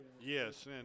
Yes